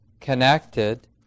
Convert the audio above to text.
connected